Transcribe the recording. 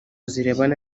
zirebana